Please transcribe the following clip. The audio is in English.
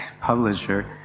publisher